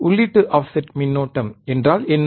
எனவே உள்ளீட்டு ஆஃப்செட் மின்னோட்டம் என்றால் என்ன